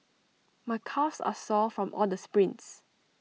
my calves are sore from all the sprints